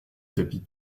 tapis